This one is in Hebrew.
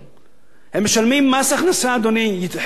הן משלמות מס הכנסה, אדוני, חברות ייצוא,